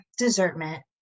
desertment